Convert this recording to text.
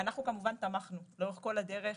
אנחנו כמובן תמכנו לאורך כל הדרך,